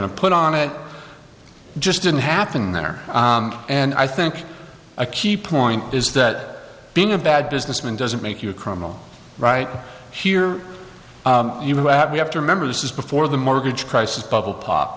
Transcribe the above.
to put on it just didn't happen there and i think a key point is that being a bad businessman doesn't make you a criminal right here you have we have to remember this is before the mortgage crisis bubble pop